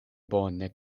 bone